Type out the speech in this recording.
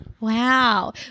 Wow